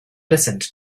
listened